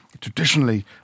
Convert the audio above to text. Traditionally